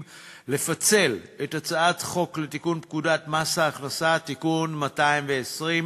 לפצל את הצעת חוק לתיקון פקודת מס ההכנסה (מס' 219)